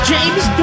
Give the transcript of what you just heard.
James